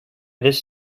this